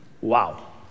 Wow